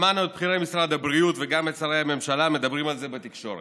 שמענו את בכירי משרד הבריאות וגם את שרי הממשלה מדברים על זה בתקשורת.